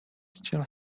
still